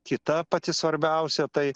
kita pati svarbiausia tai